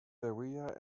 berea